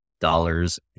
dollars